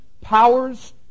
powers